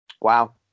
Wow